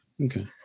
Okay